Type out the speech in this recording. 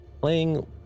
playing